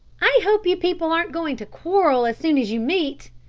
i hope you people aren't going to quarrel as soon as you meet,